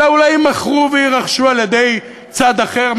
אלא אולי יימכרו ויירכשו על-ידי צד אחר,